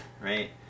right